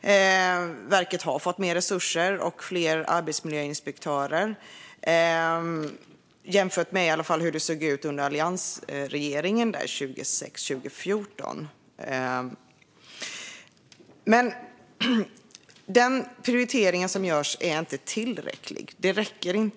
Arbetsmiljöverket har mer resurser och fler arbetsmiljöinspektörer, i alla fall i jämförelse med hur det såg ut under alliansregeringen 2006-2104. Men den prioritering som görs är inte tillräcklig.